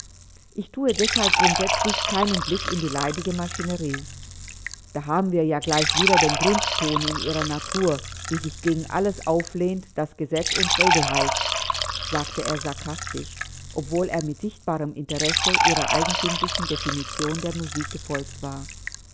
ich thue deshalb grundsätzlich keinen blick in die leidige maschinerie da haben wir ja gleich wieder den grundton in ihrer natur der sich gegen alles auflehnt was gesetz und regel heißt sagte er sarkastisch obwohl er mit sichtbarem interesse ihrer eigentümlichen definition der musik gefolgt war